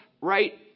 right